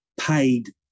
paid